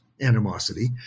animosity